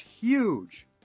huge